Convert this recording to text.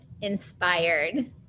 inspired